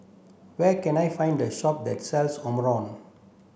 where can I find a shop that sells